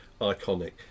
iconic